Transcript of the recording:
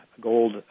gold